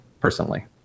personally